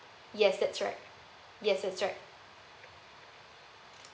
yes that's right